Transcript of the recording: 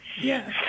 Yes